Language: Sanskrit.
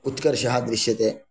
उत्कर्षः दृश्यते